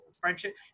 friendship